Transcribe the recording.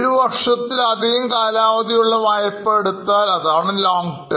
ഒരു വർഷത്തിലധികം കാലാവധി ഉള്ള വായ്പ എടുത്താൽ അതാണ് long term